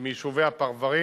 ומיישובי הפרברים